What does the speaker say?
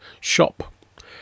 shop